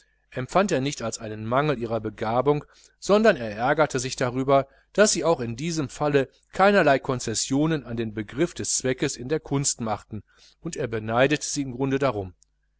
empfand er nicht als einen mangel ihrer begabung sondern er ärgerte sich darüber daß sie auch in diesem falle keinerlei konzessionen an den begriff des zweckes in der kunst machten und er beneidete sie im grunde darum